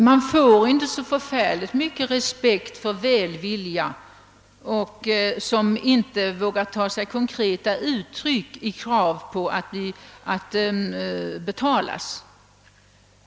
Herr talman! Man får inte så stor respekt för en välvilja som inte tar sig konkreta uttryck i krav på sådant som måste betalas.